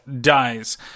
dies